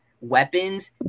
weapons